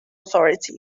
authority